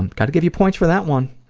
and got to give you points for that one